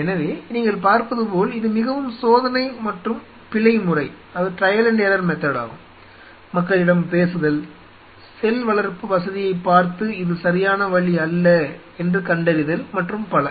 எனவே நீங்கள் பார்ப்பது போல் இது மிகவும் சோதனை மற்றும் பிழை முறையாகும் மக்களிடம் பேசுதல் செல் வளர்ப்பு வசதியைப் பார்த்து இது சரியான வழி அல்ல என்று கண்டறிதல் மற்றும் பல